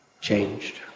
changed